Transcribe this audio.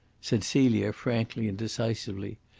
said celia frankly and decisively.